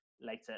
later